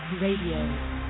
Radio